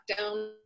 lockdown